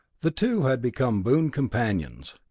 the two had become boon companions.